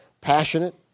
passionate